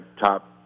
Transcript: top